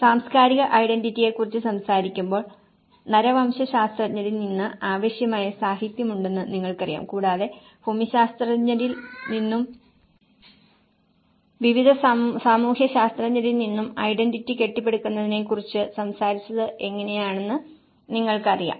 സാംസ്കാരിക ഐഡന്റിറ്റിയെക്കുറിച്ച് സംസാരിക്കുമ്പോൾ നരവംശശാസ്ത്രജ്ഞനിൽ നിന്ന് ആവശ്യമായ സാഹിത്യം ഉണ്ടെന്ന് നിങ്ങൾക്കറിയാം കൂടാതെ ഭൂമിശാസ്ത്രജ്ഞരിൽ നിന്നും വിവിധ സാമൂഹ്യശാസ്ത്രജ്ഞരിൽ നിന്നും ഐഡന്റിറ്റി കെട്ടിപ്പടുക്കുന്നതിനെക്കുറിച്ച് സംസാരിച്ചത് എങ്ങനെയെന്ന് നിങ്ങൾക്കറിയാം